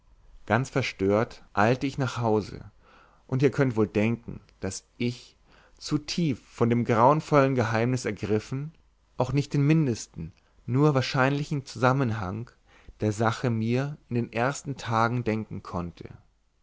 ganz verstört eilt ich nach hause und ihr könnt wohl denken daß ich zu tief von dem grauenvollen geheimnis ergriffen auch nicht den mindesten nur wahrscheinlichen zusammenhang der sache mir in den ersten tagen denken konnte